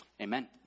Amen